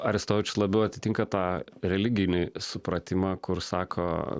aristovičius labiau atitinka tą religinį supratimą kur sako